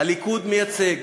הליכוד מייצג